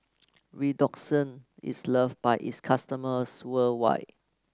Redoxon is loved by its customers worldwide